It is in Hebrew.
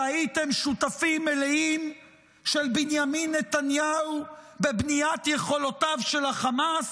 שהייתם שותפים מלאים של בנימין נתניהו בבניית יכולותיו של החמאס?